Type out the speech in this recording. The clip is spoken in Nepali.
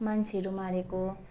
मान्छेहरू मारेको